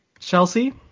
Chelsea